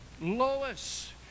Lois